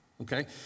okay